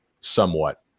somewhat